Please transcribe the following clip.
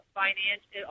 financial